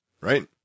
Right